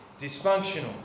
dysfunctional